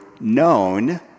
known